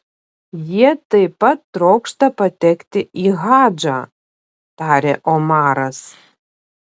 jie taip pat trokšta patekti į hadžą tarė omaras